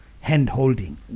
hand-holding